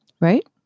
Right